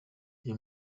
uyu